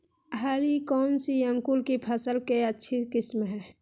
हरी कौन सी अंकुर की फसल के अच्छी किस्म है?